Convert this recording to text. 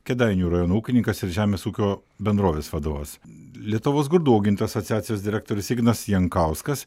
kėdainių rajono ūkininkas ir žemės ūkio bendrovės vadovas lietuvos grūdų augintojų asociacijos direktorius ignas jankauskas